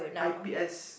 I_P_S